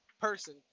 person